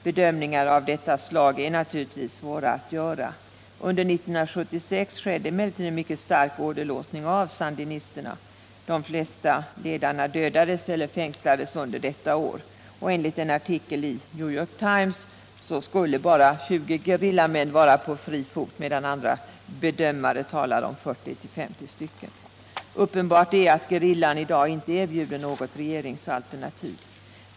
Bedömningar av detta slag är naturligtvis svåra att göra. Under 1976 skedde emellertid en mycket stark åderlåtning av sandinisterna. De flesta ledarna dödades eller fängslades under detta år. Enligt en artikeli New York Times skulle bara 20 gerillamän vara på fri fot, medan andra bedömningar talar om 40-50. Det är uppenbart att gerillan i dag inte erbjuder något regeringsalternativ.